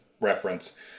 reference